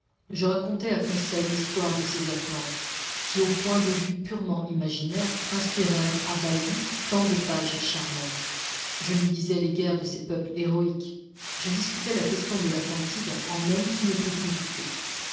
je racontais à conseil l'histoire de ces atlantes qui au point de vue purement imaginaire inspirèrent à bailly tant de pages charmantes je lui disais les guerres de ces peuples héroïques je discutais la question de l'atlantide en homme qui ne peut plus douter